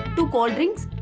two cold drinks.